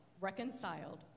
reconciled